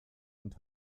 und